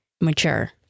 mature